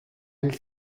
and